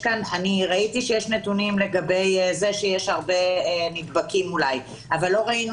ראיתי שיש נתונים לגבי זה שיש אולי הרבה נדבקים אבל לא ראינו